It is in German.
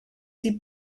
sie